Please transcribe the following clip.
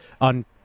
on